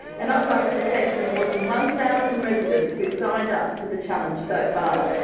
and i'd like to thank the more than one thousand residents who've signed up to the challenge so far.